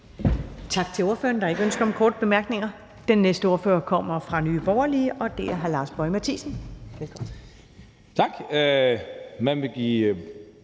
Tak til ordføreren. Der er ikke ønske om korte bemærkninger. Den næste ordfører kommer fra Nye Borgerlige, og det er hr. Lars Boje Mathiesen. Velkommen. Kl.